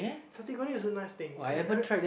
satay Goreng is a nice thing